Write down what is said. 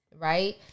Right